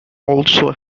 also